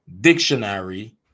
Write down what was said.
Dictionary